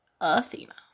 Athena